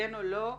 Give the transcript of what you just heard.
כן או לא,